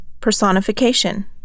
Personification